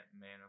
man